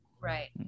Right